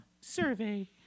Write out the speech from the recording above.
survey